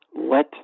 let